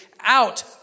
out